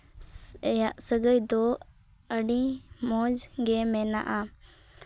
ᱟᱞᱮᱭᱟᱜ ᱥᱟᱹᱜᱟᱹᱭ ᱫᱚ ᱟᱹᱰᱤ ᱢᱚᱡᱽ ᱜᱮ ᱢᱮᱱᱟᱜᱼᱟ